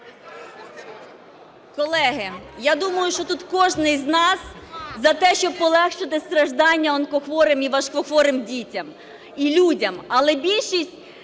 Колеги, я думаю, що тут кожний з нас за те, щоб полегшити страждання онкохворим і важкохворим дітям і людям. Але більшість